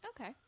Okay